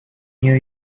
new